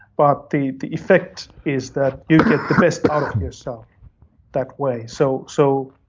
but the the effect is that you get the best out of yourself that way so so